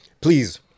please